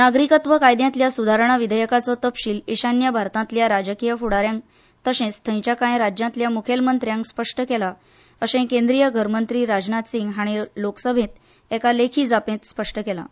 नागरीकत्व कायद्यांतल्या सुदारणा विधेयकाचो तपशील इशान्य भारतांतल्या राजकी फुडा यांक तशेंच थंयच्या कांय राज्यांतल्या मुखेलमंत्र्यांक स्पश्ट केलां अशें केंद्रीय घर मंत्री राजनाथ सिंह हांणी लोकसभेंत एका लेखी जापेंत स्पश्ट केलां